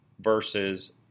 versus